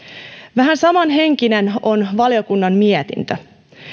vähän samanhenkinen on valiokunnan mietintö